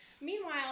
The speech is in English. Meanwhile